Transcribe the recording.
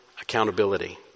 accountability